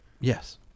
yes